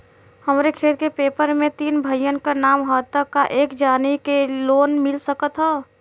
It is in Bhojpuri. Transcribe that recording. हमरे खेत के पेपर मे तीन भाइयन क नाम ह त का एक जानी के ही लोन मिल सकत ह?